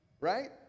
Right